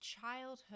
childhood